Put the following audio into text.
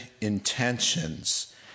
intentions